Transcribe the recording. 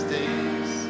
days